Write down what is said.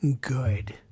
good